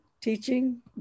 teaching